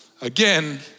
Again